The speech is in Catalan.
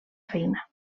feina